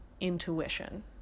intuition